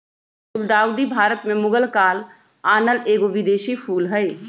गुलदाऊदी भारत में मुगल काल आनल एगो विदेशी फूल हइ